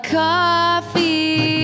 coffee